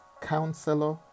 Counselor